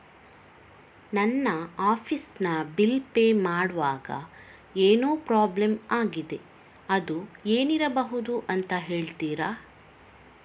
ನನ್ನ ಆಫೀಸ್ ನ bill pay ಮಾಡ್ವಾಗ ಏನೋ ಪ್ರಾಬ್ಲಮ್ ಆಗಿದೆ ಅದು ಏನಿರಬಹುದು ಅಂತ ಹೇಳ್ತೀರಾ?